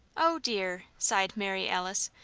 oh, dear! sighed mary alice.